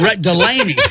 Delaney